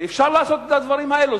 אפשר לעשות את הדברים האלה,